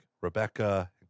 Rebecca